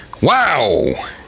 Wow